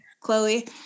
Chloe